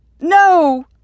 No